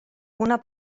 una